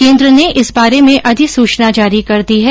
केंद्र ने इस बारे में अधिसूचना जारी कर दी है